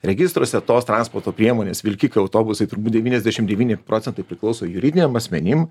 registruose tos transporto priemonės vilkikai autobusai turbūt devyniasdešim devyni procentai priklauso juridiniam asmenim